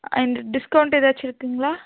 இந்த டிஸ்கவுண்ட் ஏதாச்சும் இருக்குங்களா